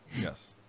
Yes